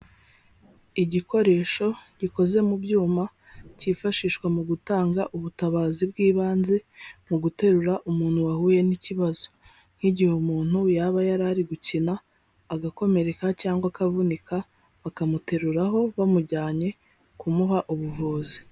Igikoresho gikoze mu byuma cyifashishwa mu gutanga ubutabazi bw'ibanze mu guterura umuntu wahuye n'ikibazo nk'igihe umuntu yaba yari ari gukina agakomereka cyangwa akavunika bakamuteruraho bamujyanye kumuha ubuvuzi.